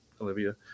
Olivia